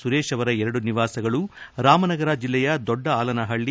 ಸುರೇಶ್ ಅವರ ಎರಡು ನಿವಾಸಗಳು ರಾಮನಗರ ಜಿಲ್ಲೆಯ ದೊಡ್ಡ ಆಲಹಳ್ಳ